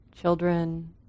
children